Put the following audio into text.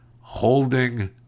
holding